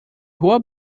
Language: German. hoher